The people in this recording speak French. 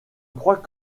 crois